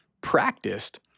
practiced